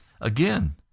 again